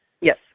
Yes